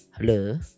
hello